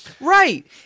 right